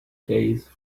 case